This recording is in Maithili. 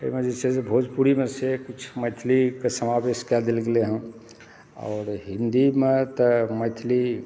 एहिमे जे छै से भोजपुरीमे से किछु मैथिलीके समावेश कए देल गेलय हँ आओर हिन्दीमऽ तऽ मैथिली